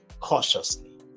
cautiously